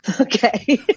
Okay